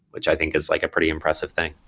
which i think is like a pretty impressive thing.